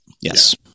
Yes